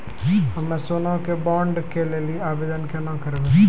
हम्मे सोना के बॉन्ड के लेली आवेदन केना करबै?